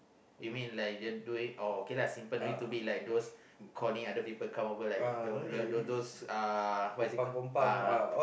you mean like just doing oh okay lah simple no need to be like those calling other people come over like those those uh what is it call uh